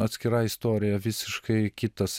atskira istorija visiškai kitas